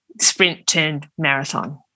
sprint-turned-marathon